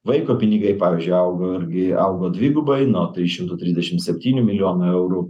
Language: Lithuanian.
vaiko pinigai pavyzdžiui augo irgi augo dvigubai nuo trys šimtai trisdešim septynių milijonų eurų